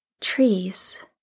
trees